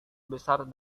besar